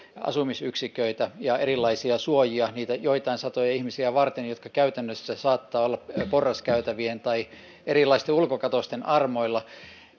asumisyksiköitä ja erilaisia suojia niitä joitain satoja ihmisiä varten jotka käytännössä saattavat olla porraskäytävien tai erilaisten ulkokatosten armoilla